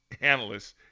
analysts